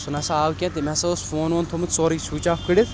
سُہ نہٕ ہسا آو کیٚنٛہہ تٔمۍ ہسا اوس فون وون تھوومُت سورُے سُوِچ آف کٔرِتھ